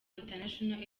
international